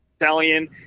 italian